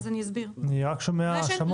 אני רק שומע האשמות.